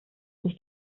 sich